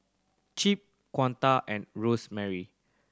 Chip Kunta and Rosemary